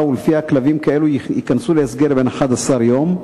שלפיה כלבים כאלה ייכנסו להסגר בן 11 יום.